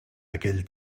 aquell